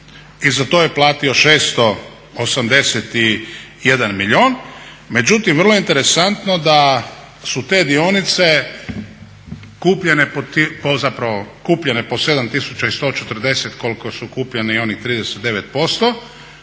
i za to je platio 681 milijun, međutim vrlo je interesantno da su te dionice kupljene po 7140 koliko su kupljeni i onih 39%,